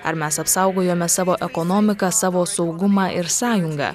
ar mes apsaugojome savo ekonomiką savo saugumą ir sąjungą